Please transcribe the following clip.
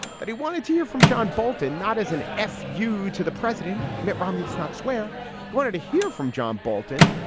that he wanted to hear from john bolton not as an f you to the president. mitt romney does not swear he wanted to hear from john bolton.